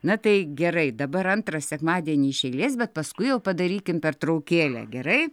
na tai gerai dabar antrą sekmadienį iš eilės bet paskui jau padarykim pertraukėlę gerai